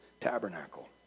tabernacle